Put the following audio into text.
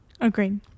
agreed